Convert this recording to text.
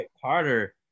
Carter